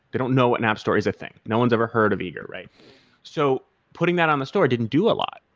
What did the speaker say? they don't know what an app store is a thing. no one's ever heard of eager. so putting that on the store didn't do a lot.